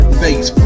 face